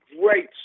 great